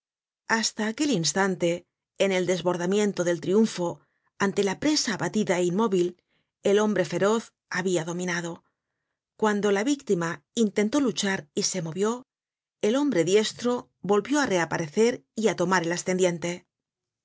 hasta aquel instante en el desbordamiento del triunfo ante la presa abatida é inmóvil el hombre feroz habia dominado cuando la víctima intentó luchar y se movió el hombre diestro volvió á reaparecer y á tomar el ascendiente